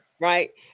right